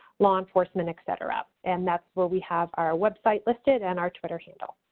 law enforcement, etc. and that's where we have our website listed and our twitter handle.